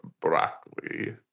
Broccoli